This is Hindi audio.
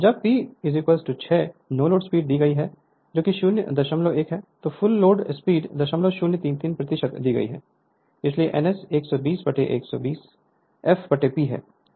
Refer Slide Time 0654 जब P 6 नो लोड स्लिप दी गई हैजो कि 001 है तो फुल लोड स्लीप 0033 दी गई है इसलिए n S 120 120 f P है